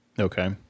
Okay